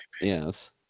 Yes